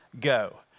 go